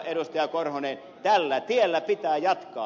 martti korhonen tällä tiellä pitää jatkaa